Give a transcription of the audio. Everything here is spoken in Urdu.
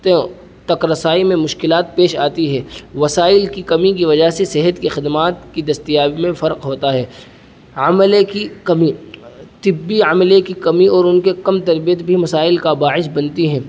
تک رسائی میں مشکلات پیش آتی ہیں وسائل کی کمی کی وجہ سے صحت کی خدمات کی دستیابی میں فرق ہوتا ہے عملے کی کمی طبی عملے کی کمی اور ان کے کم تربیت بھی مسائل کا باعث بنتی ہے